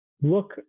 look